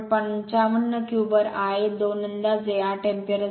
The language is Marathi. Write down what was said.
55 क्युबवर Ia 2 अंदाजे 8 अँपिअर असेल